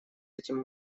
этим